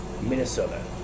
Minnesota